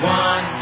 one